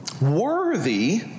worthy